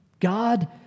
God